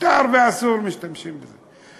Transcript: מותר ואסור, משתמשים בזה.